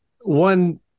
One